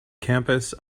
campus